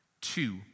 Two